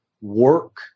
work